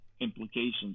implications